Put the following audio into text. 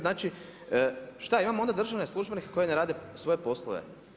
Znači šta, imamo onda državne službenike koje ne rade svoje poslove?